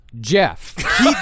Jeff